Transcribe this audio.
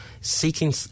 seeking